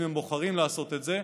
אם הם בוחרים לעשות את זה,